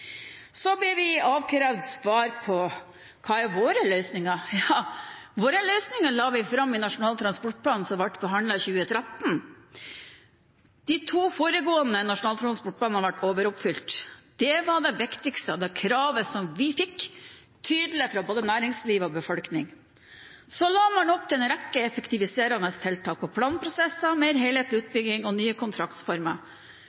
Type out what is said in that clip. Så blir vi avkrevd svar på hva som er våre løsninger. Våre løsninger la vi fram i Nasjonal transportplan, som ble behandlet i 2013. De to foregående nasjonale transportplaner har vært overoppfylt. Det var det viktigste og det kravet som vi tydelig fikk fra både næringsliv og befolkning. Så la man opp til en rekke effektiviserende tiltak og planprosesser, en mer helhetlig utbygging og nye kontraktsformer.